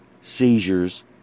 seizures